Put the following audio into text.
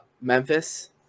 Memphis